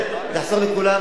לחסוך לכולם את הזמן.